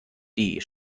die